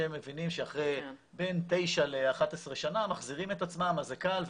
שמבינים שבין תשע ל-11 שנה מחזירים את עצמם אז זה קל,